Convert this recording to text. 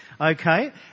okay